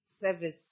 service